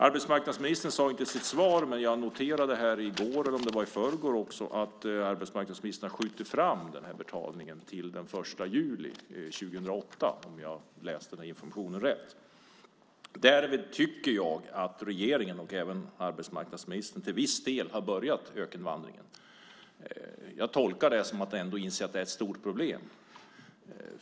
Arbetsmarknadsministern sade det inte i sitt svar, men jag noterade också i går, eller om det var i förrgår, att arbetsmarknadsministern har skjutit fram den här betalningen till den 1 juli 2008, om jag läste rätt. Därmed tycker jag att regeringen, och även arbetsmarknadsministern, till viss del har börjat ökenvandringen. Jag tolkar det som att ni ändå inser att det här är ett stort problem.